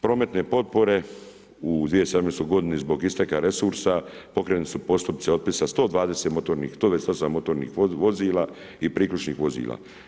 Prometne potpore u 2017. godini zbog isteka resursa, pokrenuti su postupci otpisa 128 motornih vozila i priključnih vozila.